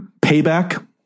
Payback